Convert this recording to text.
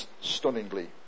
stunningly